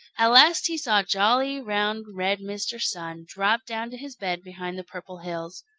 at last he saw jolly, round, red mr. sun drop down to his bed behind the purple hills.